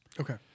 Okay